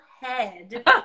head